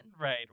Right